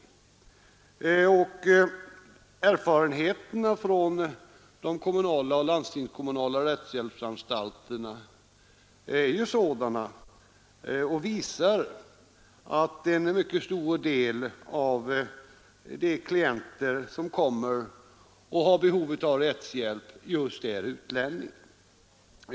Erfarenheterna från de kommunala och landstingskommunala rättshjälpsanstalterna visar emellertid att en mycket stor del av de klienter som har behov av rättshjälp just är utlänningar.